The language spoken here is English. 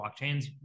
blockchains